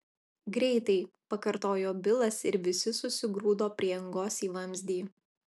greitai pakartojo bilas ir visi susigrūdo prie angos į vamzdį